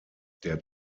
der